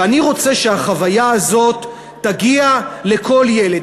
ואני רוצה שהחוויה הזאת תגיע לכל ילד.